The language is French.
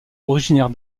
originaire